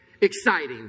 exciting